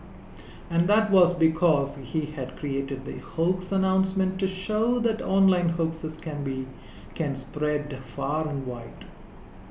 and that was because he had created the hoax announcement to show that online hoaxes can be spread far and wide